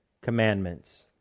commandments